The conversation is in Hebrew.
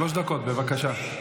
שלוש דקות, בבקשה.